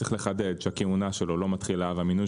צריך לחדד שהכהונה שלו לא מתחילה והמינוי